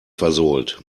versohlt